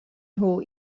nhw